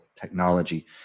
technology